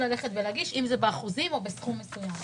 אם זה באחוזים או בסכום מסוים.